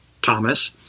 thomas